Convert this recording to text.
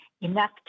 enough